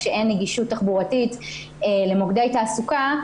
כשאין נגישות תחבורתית למוקדי תעסוקה,